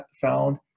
found